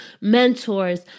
mentors